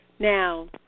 Now